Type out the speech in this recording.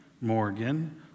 Morgan